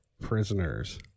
prisoners